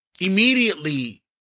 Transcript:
immediately